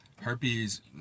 herpes